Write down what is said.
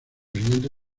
siguiente